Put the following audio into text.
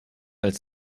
als